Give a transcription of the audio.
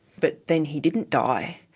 but then he didn't die,